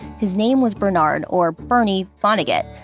his name was bernard, or bernie, vonnegut,